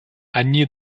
они